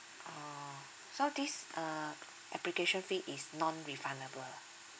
oh so this uh application fee is non refundable ah